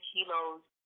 Kilo's